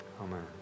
Amen